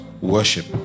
worship